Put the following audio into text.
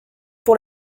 pour